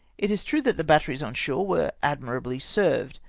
it is true that the batteries on shore were admirably served,